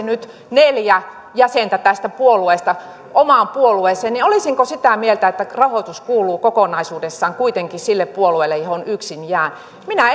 nyt neljä jäsentä tästä puolueesta omaan puolueeseen niin olisinko sitä mieltä että rahoitus kuuluu kokonaisuudessaan kuitenkin sille puolueelle johon yksin jään minä